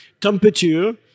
Temperature